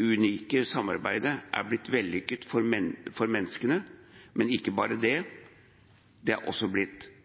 unike samarbeidet er vellykket for menneskene, men ikke bare for dem. Det er også